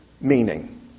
meaning